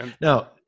Now